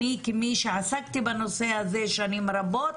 אני כמי שעסקתי בנושא הזה שנים רבות,